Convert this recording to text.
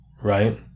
right